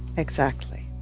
exactly.